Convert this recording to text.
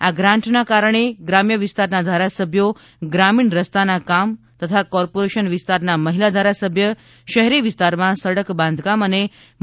આ ગ્રાન્ટના કારણે ગ્રામ્ય વિસ્તારના ધારાસભ્યો ગ્રામીણ રસ્તાના કામ તથા કોર્પોરેશન વિસ્તારના મહિલા ધારાસભ્ય શહેરી વિસ્તારમાં સડક બાંધકામ અને મરામત ના કામ હાથ ધરી શકશે